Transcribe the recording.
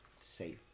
safe